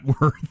worth